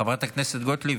חברת הכנסת גוטליב,